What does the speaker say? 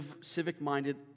civic-minded